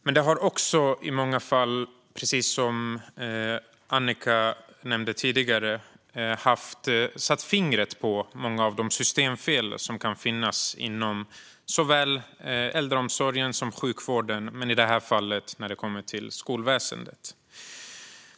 Men den har också i många fall, precis som Annika Hirvonen Falk nämnde tidigare, satt fingret på många av de systemfel som kan finnas inom såväl äldreomsorgen som sjukvården men i det här fallet i skolväsendet.